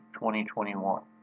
2021